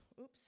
oops